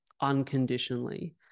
unconditionally